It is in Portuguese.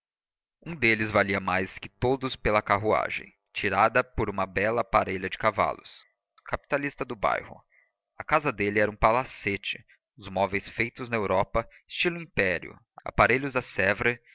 um deles valia mais que todos pela carruagem tirada por uma bela parelha de cavalos capitalista do bairro a casa dele era um palacete os móveis feitos na europa estilo império aparelhos de